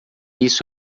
isso